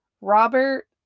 Robert